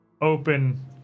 open